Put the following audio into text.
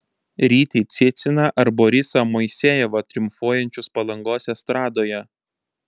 rytį ciciną ar borisą moisejevą triumfuojančius palangos estradoje